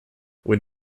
when